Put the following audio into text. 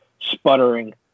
sputtering